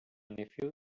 nephew